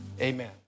amen